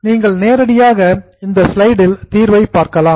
நீங்கள் நேரடியாக இந்த ஸ்லைடில் தீர்வை பார்க்கலாம்